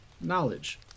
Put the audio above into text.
knowledge